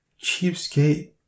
Cheapskate